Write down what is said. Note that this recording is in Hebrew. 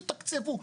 תתקצבו,